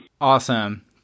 Awesome